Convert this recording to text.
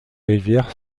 rivière